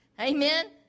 Amen